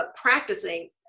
practicing